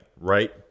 right